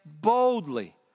boldly